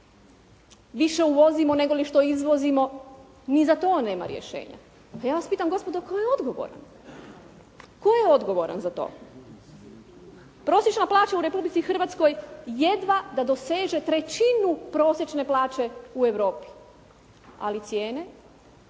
Više uvozimo negoli što izvozimo. Ni za to nema rješenja. Pa ja vas pitam gospodo tko je odgovoran? Tko je odgovoran za to? Prosječna plaća u Republici Hrvatskoj jedva da doseže trećinu prosječne plaće u Europi. Ali cijene,